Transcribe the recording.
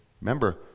Remember